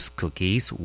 cookies